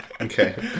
Okay